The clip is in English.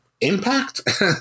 impact